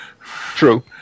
True